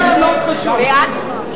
זה האלטרנטיבה,